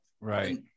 Right